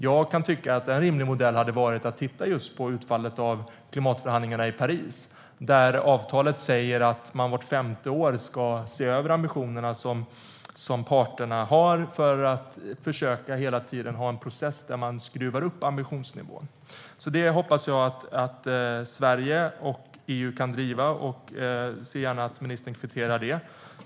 Jag kan tycka att en rimlig modell hade varit att titta på utfallet av klimatförhandlingarna i Paris, där avtalet säger att man vart femte år ska se över ambitionerna som parterna har för att hela tiden försöka ha en process där man skruvar upp ambitionsnivån. Det hoppas jag att Sverige och EU kan driva. Jag ser gärna att ministern kvitterar det.